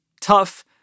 tough